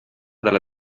dalla